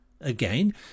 Again